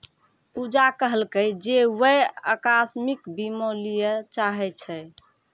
पूजा कहलकै जे वैं अकास्मिक बीमा लिये चाहै छै